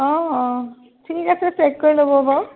অঁ অঁ ঠিক আছে চেক কৰি ল'ব বাৰু